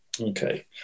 Okay